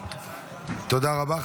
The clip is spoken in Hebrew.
תודה רבה.